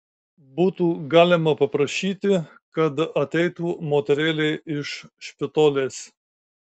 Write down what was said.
būtų galima paprašyti kad ateitų moterėlė iš špitolės